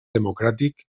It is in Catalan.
democràtic